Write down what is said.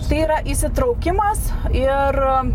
tai yra įsitraukimas ir